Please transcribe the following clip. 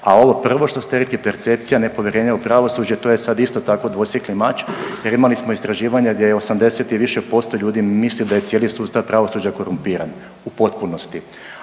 a ovo prvo što ste rekli, percepcija nepovjerenja u pravosuđe, to je sad isto tako, dvosjekli mač jer imali smo istraživanje gdje je 80 i više posto ljudi misli da je cijeli sustav pravosuđa korumpiran u potpunosti.